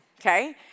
okay